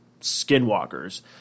Skinwalkers